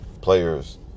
players